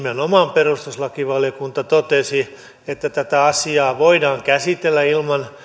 perustuslakivaliokunta nimenomaan totesi että tätä asiaa voidaan käsitellä ilman